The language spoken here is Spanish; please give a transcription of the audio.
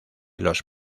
los